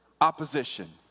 opposition